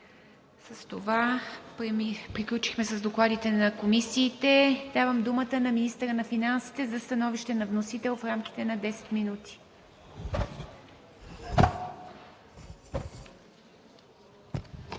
С това приключихме с докладите на комисиите. Давам думата на министъра на финансите за становище на вносител в рамките на 10 минути.